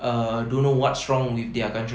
err don't know what's wrong with their country